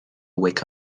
wake